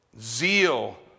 Zeal